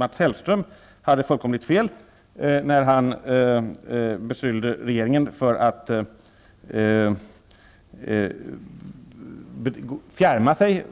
Mats Hellström hade fullkomligt fel när han beskylde regeringen för att fjärma sig